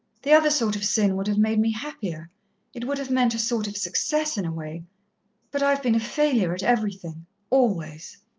the other sort of sin would have made me happier it would have meant a sort of success in a way but i have been a failure everything always.